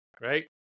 Right